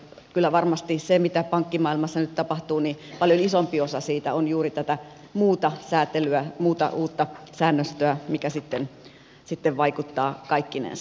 kyllä varmasti siitä mitä pankkimaailmassa nyt tapahtuu paljon isompi osa on juuri tätä muuta säätelyä muuta uutta säännöstöä mikä sitten vaikuttaa kaikkinensa